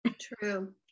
True